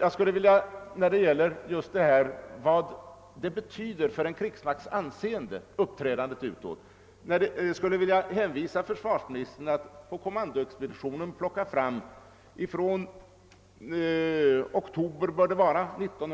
Jag skulle i fråga om just vad uppträdandet utåt betyder för krigsmaktens anseende vilja hänvisa försvarsministern till att på kommandoexpeditionen plocka fram en handling från 1938, daterad i oktober om jag inte